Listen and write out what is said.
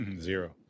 Zero